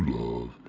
love